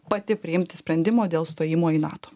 pati priimti sprendimo dėl stojimo į nato